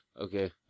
okay